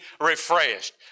refreshed